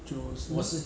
九十